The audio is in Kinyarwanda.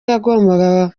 yagombaga